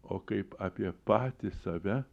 o kaip apie patį save